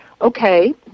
okay